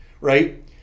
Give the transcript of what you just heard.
right